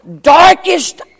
darkest